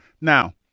Now